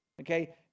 okay